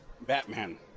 Batman